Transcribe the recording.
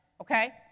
Okay